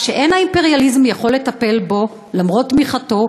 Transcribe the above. שאין האימפריאליזם יכול לטפל בו למרות תמיכתו.